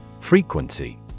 Frequency